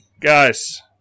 Guys